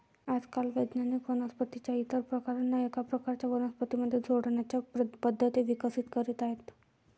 आजकाल वैज्ञानिक वनस्पतीं च्या इतर प्रकारांना एका प्रकारच्या वनस्पतीं मध्ये जोडण्याच्या पद्धती विकसित करीत आहेत